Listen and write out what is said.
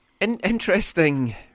Interesting